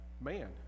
man